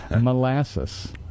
molasses